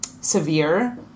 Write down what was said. severe